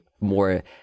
more